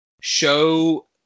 show